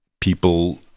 people